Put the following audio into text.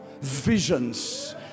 visions